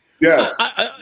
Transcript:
Yes